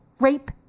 Rape